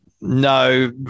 No